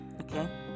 Okay